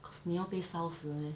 cause 你要被烧死 meh